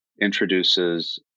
introduces